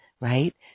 right